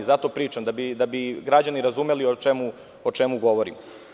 Zato pričam, da bi građani razumeli o čemu govorim.